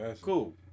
cool